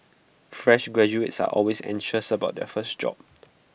fresh graduates are always anxious about their first job